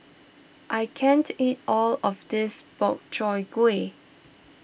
I can't eat all of this Gobchang Gui